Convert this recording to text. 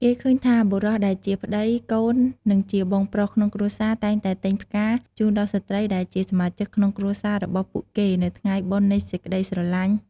គេឃើញថា បុរសដែលជាប្ដី កូន និងជាបងប្រុសក្នុងគ្រួសារតែងតែទិញផ្កាជូនដល់ស្ត្រីដែលជាសមាជិកក្នុងគ្រួសាររបស់ពួកគេនៅថ្ងៃបុណ្យនៃសេចក្ដីស្រឡាញ់។